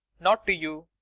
not to you.